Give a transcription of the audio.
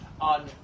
on